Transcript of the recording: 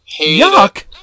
Yuck